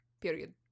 period